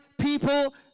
people